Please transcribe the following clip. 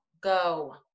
Go